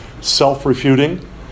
self-refuting